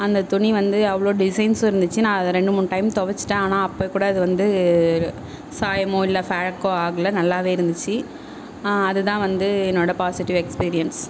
அந்த துணி வந்து அவ்வளோ டிசைன்ஸும் இருந்துச்சு அதை நான் ரெண்டு மூணு டையம் துவைச்சிட்டேன் ஆனால் அப்போ கூட அது வந்து சாயமும் இல்லை ஃபேக்கும் ஆகலை நல்லாவே இருந்துச்சு அது தான் வந்து என்னோட பாசிட்டிவ் எக்ஸ்பீரியன்ஸ்